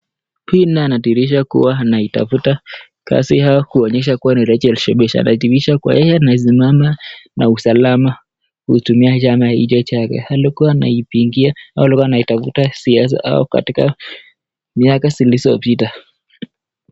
Hii naye anadhihirisha kuwa anaitafuta kazi au kuonyesha kuwa yeye anasimama na usalama kutumia chama hicho chake. Alikuwa anaipigia au alikuwa anaitafuta siasa au katika miaka zilizopita.